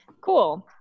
Cool